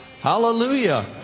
Hallelujah